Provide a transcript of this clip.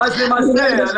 ואז למעשה אנחנו לא פוגעים.